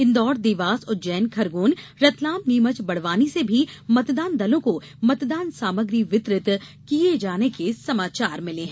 इन्दौर देवास उज्जैन खरगोन रतलाम नीमच बड़वानी से भी मतदान दलों को मतदान सामग्री वितरित किये जाने के समाचार मिले हैं